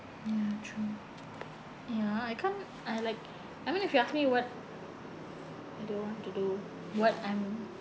ya true ya I can't I like I mean if you ask me what I don't want to do what I'm